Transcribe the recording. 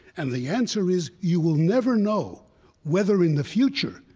and the answer is you will never know whether, in the future,